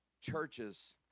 churches